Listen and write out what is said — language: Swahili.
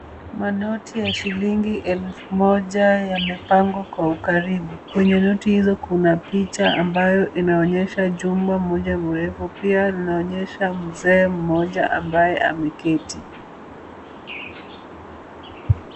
Manoti ya shilingi elfu moja yamepangwa kwa ukaribu. Kwenye noti hizo kuna picha ambayo inaonyesha jumba moja mrefu. Pia linaonyesha mzee mmoja ambaye ameketi.